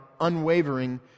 unwavering